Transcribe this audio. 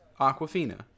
Aquafina